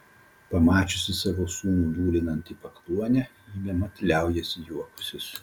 pamačiusi savo sūnų dūlinant į pakluonę ji bemat liaujasi juokusis